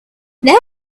there